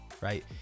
right